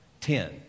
ten